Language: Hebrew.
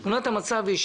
תמונת המצב היא,